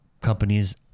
companies